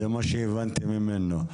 זה מה שהבנתי ממנו.